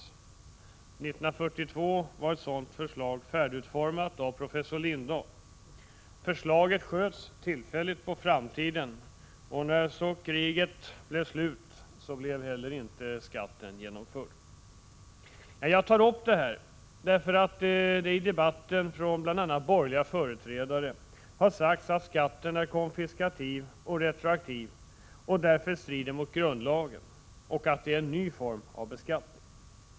1942 var ett sådant förslag färdigutformat av professor Lindahl. Förslaget sköts tillfälligt på framtiden, och när så kriget var slut blev skatten inte genomförd. Jag tar upp detta därför att det i debatten från bl.a. borgerliga företrädare har sagts att skatten är konfiskatorisk och retroaktiv, samt att den utgör en ny form av beskattning och därför strider mot grundlagen.